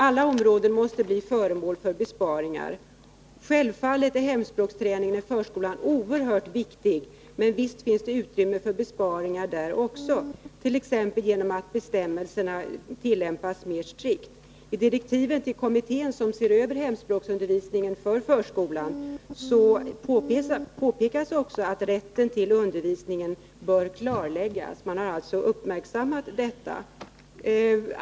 Alla områden måste bli föremål för besparingar. Självfallet är hemspråksträningen i förskolan oerhört viktig, men visst finns det utrymme för besparingar där också, t.ex. genom att bestämmelserna tillämpas mer strikt. I direktiven till den kommitté som ser över hemspråksundervisningen för förskolan påpekas också att rätten till undervisningen bör klarläggas. Man har alltså uppmärksammat detta.